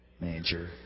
major